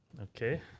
Okay